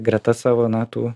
greta savo na tų